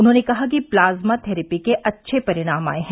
उन्होंने कहा कि प्लाज्मा थेरेपी के अच्छे परिणाम आये हैं